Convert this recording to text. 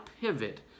pivot